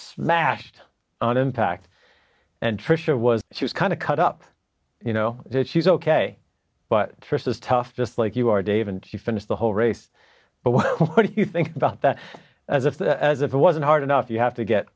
smashed on impact and trisha was she was kind of cut up you know if she's ok but trust is tough just like you are dave and you finish the whole race but what do you think about that as if as if it wasn't hard enough you have to get